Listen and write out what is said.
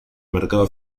mercado